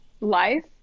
life